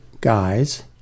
guys